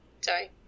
sorry